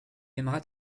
aimeras